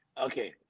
Okay